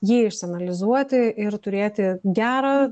jį išanalizuoti ir turėti gerą